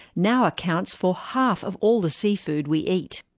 now accounts for half of all the seafood we eat.